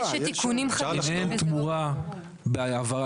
אם אין תמורה בהעברה,